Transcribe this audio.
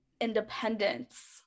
independence